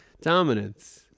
dominance